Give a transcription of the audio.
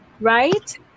Right